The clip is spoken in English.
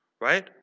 Right